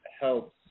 helps